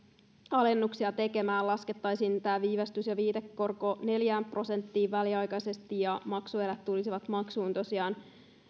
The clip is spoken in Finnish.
alennuksia tekemään laskettaisiin tämä viivästys ja viitekorko neljään prosenttiin väliaikaisesti ja maksuerät tulisivat maksuun tosiaan